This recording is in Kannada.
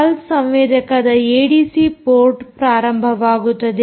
ಪಲ್ಸ್ ಸಂವೇದಕದ ಏಡಿಸಿ ಪೋರ್ಟ್ ಪ್ರಾರಂಭವಾಗುತ್ತದೆ